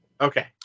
Okay